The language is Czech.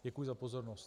Děkuji za pozornost.